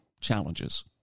challenges